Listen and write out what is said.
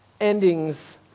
endings